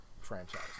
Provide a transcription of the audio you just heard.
franchise